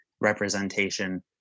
representation